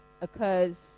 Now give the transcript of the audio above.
occurs